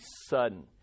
sudden